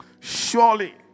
Surely